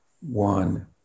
one